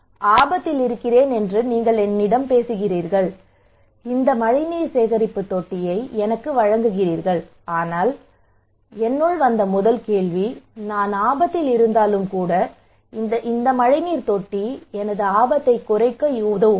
நான் ஆபத்தில் இருக்கிறேன் என்று நீங்கள் என்னிடம் பேசுகிறீர்கள் இந்த மழைநீர் சேகரிப்பு தொட்டியை எனக்கு வழங்குகிறீர்கள் ஆனால் முதல் கேள்வி எனக்கு வந்தது நான் ஆபத்தில் இருந்தாலும் கூட இந்த மழைநீர் தொட்டி எனது ஆபத்தை குறைக்க உதவுமா